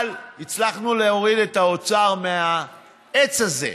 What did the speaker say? אבל הצלחנו להוריד את האוצר מהעץ הזה: